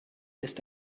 ist